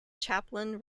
chaplain